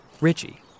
Richie